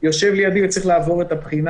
והיה צריך לעבור אתי את הבחינה